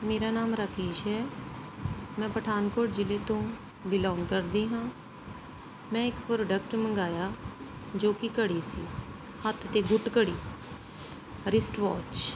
ਮੇਰਾ ਨਾਮ ਰਾਕੇਸ਼ ਹੈ ਮੈਂ ਪਠਾਨਕੋਟ ਜ਼ਿਲ੍ਹੇ ਤੋਂ ਬਿਲੋਂਗ ਕਰਦੀ ਹਾਂ ਮੈਂ ਇੱਕ ਪ੍ਰੋਡਕਟ ਮੰਗਾਇਆ ਜੋ ਕਿ ਘੜੀ ਸੀ ਹੱਥ ਦੀ ਗੁੱਟ ਘੜੀ ਰਿਸਟ ਵਾਚ